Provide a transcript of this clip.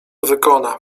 wykona